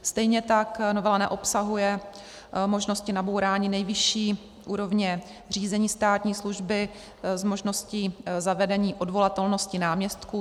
Stejně tak novela neobsahuje možnosti nabourání nejvyšší úrovně řízení státní služby s možností zavedení odvolatelnosti náměstků.